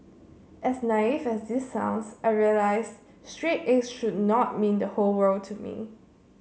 as naive as this sounds I realised straight as should not mean the whole world to me